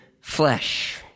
flesh